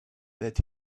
that